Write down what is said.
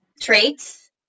traits